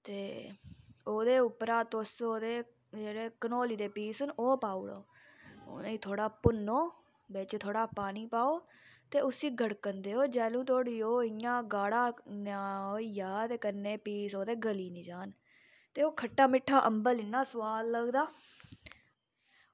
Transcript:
ते ओह्दे उप्परा तुस ओह्दे जेह्ड़े कंडौली दे पीस न ओह् पाऊड़ो उनेंगी थोह्ड़ा भुन्नो बिच थोह्ड़ा पानी पाओ ते उस्सी गड़कन देओ जैलूं तोड़ी ओह् इ'यां गाड़ा नेआ होइया ते कन्नै पीस ओह्दे गली निं जान ते ओह् खट्टा मिट्ठा अम्बल इन्ना सोआद लगदा